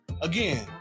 Again